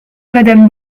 madame